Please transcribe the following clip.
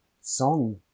song